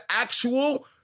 actual